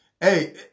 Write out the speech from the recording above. Hey